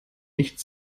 nicht